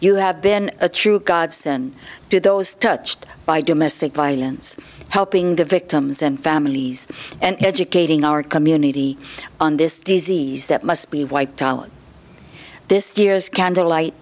you have been a true godson to those touched by domestic violence helping the victims and families and educating our community on this disease that must be wiped out this year's candlelight